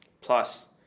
plus